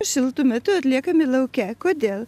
šiltu metu atliekami lauke kodėl